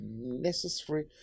necessary